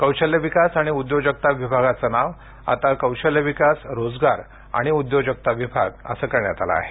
कौशल्य विकास आणि उद्योजकता विभागाचं नाव आता कौशल्य विकास रोजगार आणि उद्योजकता विभाग करण्यात आलं आहे